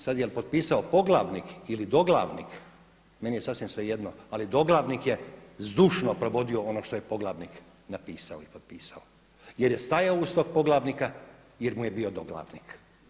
Sad jel' potpisao poglavnik ili doglavnik meni je sasvim svejedno, ali doglavnik je zdušno provodio ono što je poglavnik napisao i potpisao jer je stajao uz tog poglavnika, jer mu je bio doglavnik.